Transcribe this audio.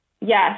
Yes